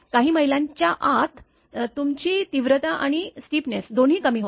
काही मैलांच्या आत तुमची तीव्रता आणि स्टीपनेस दोन्ही कमी होते